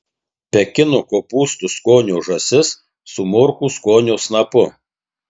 pekino kopūstų skonio žąsis su morkų skonio snapu